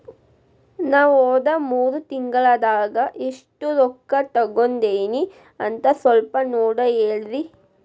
ನಾ ಹೋದ ಮೂರು ತಿಂಗಳದಾಗ ಎಷ್ಟು ರೊಕ್ಕಾ ತಕ್ಕೊಂಡೇನಿ ಅಂತ ಸಲ್ಪ ನೋಡ ಹೇಳ್ರಿ